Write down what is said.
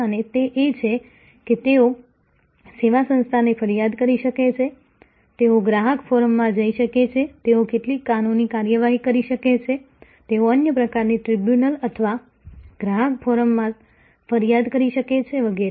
અને તે એ છે કે તેઓ સેવા સંસ્થાને ફરિયાદ કરી શકે છે તેઓ ગ્રાહક ફોરમમાં જઈ શકે છે તેઓ કેટલીક કાનૂની કાર્યવાહી કરી શકે છે તેઓ અન્ય પ્રકારની ટ્રિબ્યુનલ અથવા ગ્રાહક ફોરમમાં ફરિયાદ કરી શકે છે વગેરે